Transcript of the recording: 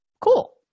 Cool